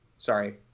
Sorry